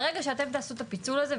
ברגע שתעשו את הפיצול הזה,